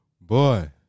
Boy